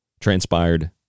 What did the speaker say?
transpired